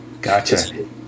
Gotcha